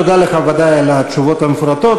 תודה לך בוודאי על התשובות המפורטות.